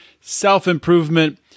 self-improvement